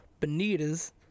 Benitez